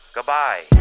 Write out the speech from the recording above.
Goodbye